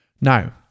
Now